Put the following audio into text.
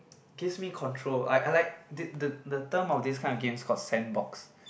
gives me control I I like the the the term of this kind of games called sandbox